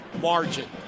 margin